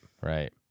right